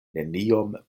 neniom